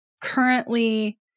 currently